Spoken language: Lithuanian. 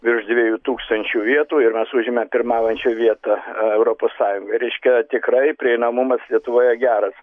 virš dviejų tūkstančių vietų ir mes užimam pirmaujančią vietą europos sąjungoj reiškia tikrai prieinamumas lietuvoje geras